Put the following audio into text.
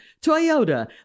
toyota